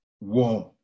warm